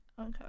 Okay